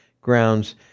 grounds